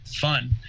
fun